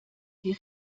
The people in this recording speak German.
die